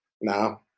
no